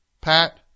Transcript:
Pat